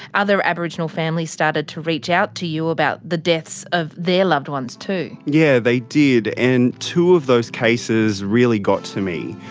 other aboriginal families started to reach out to you about the deaths of their loved ones too. yeah they did, and two of those cases really got to me.